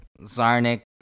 Zarnik